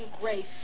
grace